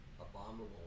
abominable